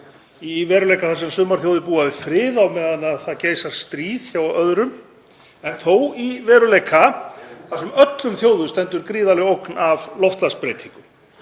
í veruleika þar sem sumar þjóðir búa við frið á meðan það geisar stríð hjá öðrum, en þó í veruleika þar sem öllum þjóðum stendur gríðarleg ógn af loftslagsbreytingum,